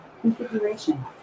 configuration